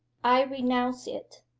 i renounce it,